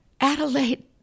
Adelaide